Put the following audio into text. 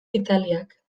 italiak